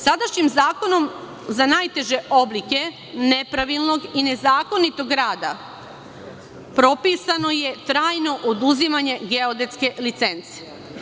Sadašnjim zakonom za najteže oblike nepravilnog i nezakonitog rada propisano je trajno oduzimanje geodetske licence.